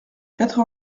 quatre